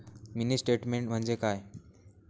Mini statement म्हणजे काय?